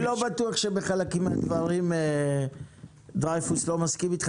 אני לא בטוח שבחלק מהדברים דרייפוס לא מסכים איתך.